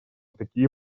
такие